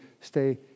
stay